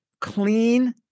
clean